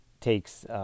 takes